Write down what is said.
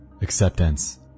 acceptance